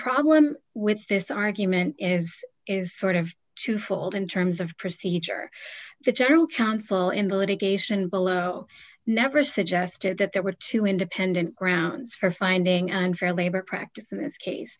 problem with this argument is is sort of twofold in terms of procedure the general counsel in the litigation below never suggested that there were two independent grounds for finding an unfair labor practice in this case